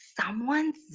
someone's